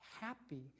happy